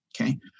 Okay